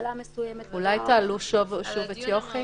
אולי תעלו שוב את יוכי?